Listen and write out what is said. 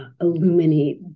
illuminate